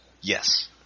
Yes